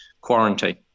quarantine